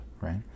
right